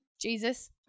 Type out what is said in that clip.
Jesus